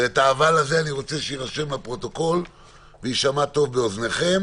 ואני רוצה שזה יירשם בפרוטוקול ויישמע טוב באוזניכם